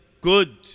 good